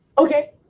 okay.